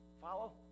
Follow